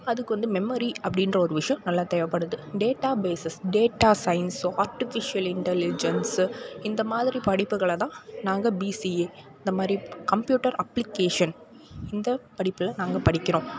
அதுக்கு வந்து மெம்மரி அப்படின்ற ஒரு விஷயம் நல்லா தேவைப்படுது டேட்டா பேசஸ் டேட்டா சைன்ஸோ ஆர்டிஃபிசியல் இன்டலிஜென்ஸ் இந்த மாதிரி படிப்புகளை தான் நாங்கள் பிசிஏ இந்த மாதிரி கம்பியூட்டர் அப்ளிகேஷன் இந்த படிப்பில் நாங்கள் படிக்கிறோம்